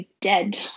dead